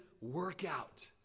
Workout